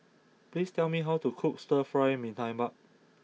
please tell me how to cook Stir Fry Mee Tai Mak